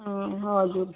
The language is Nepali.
हजुर